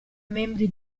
membri